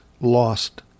lost